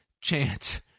chance